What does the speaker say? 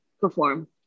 perform